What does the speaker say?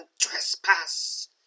trespass